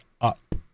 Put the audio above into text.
up